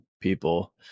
people